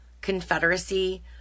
Confederacy